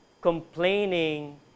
Complaining